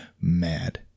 mad